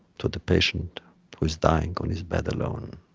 to the patient who is dying on his bed alone,